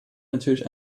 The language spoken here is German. natürlich